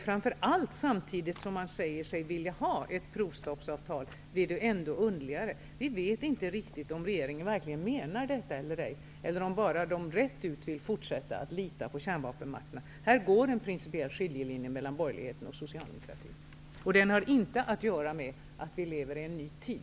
Framför allt eftersom de samtidigt säger sig vilja ha ett provstoppsavtal. Då blir det ännu underligare. Vi vet inte riktigt om regeringen verkligen menar detta eller om de bara rätt ut vill fortsätta att lita på kärnvapenmakterna. Det går en principiell skiljelinje mellan borgerligheten och socialdemokratin här, och den har inte att göra med att vi lever i en ny tid.